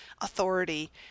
authority